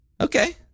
Okay